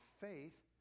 faith